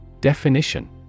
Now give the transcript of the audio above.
Definition